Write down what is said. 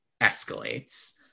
escalates